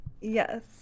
yes